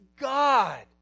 God